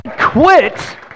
quit